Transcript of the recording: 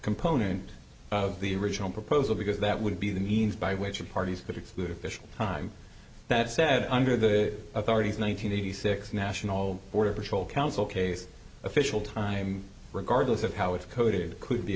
component of the original proposal because that would be the means by which the parties but exclude official time that said under the authority one nine hundred eighty six national border patrol council case official time regardless of how it coded could be